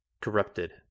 Corrupted